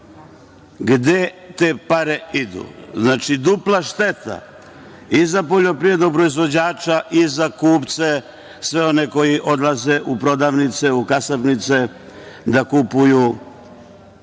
Gde te pare idu? Znači dupla šteta i za poljoprivrednog proizvođača i za kupce, sve one koji odlaze u prodavnice, kasapnice da kupuju,